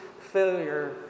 failure